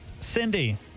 Cindy